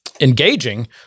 engaging